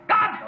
God